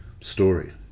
story